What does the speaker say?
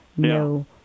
No